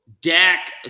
Dak